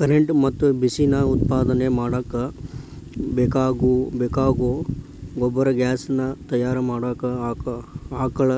current ಮತ್ತ ಬಿಸಿ ನಾ ಉತ್ಪಾದನೆ ಮಾಡಾಕ ಬೇಕಾಗೋ ಗೊಬರ್ಗ್ಯಾಸ್ ನಾ ತಯಾರ ಮಾಡಾಕ ಆಕಳ